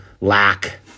lack